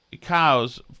cows